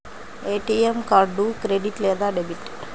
ATM card credit లేదా debit?